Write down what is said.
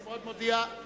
אני מאוד מודה לחברי,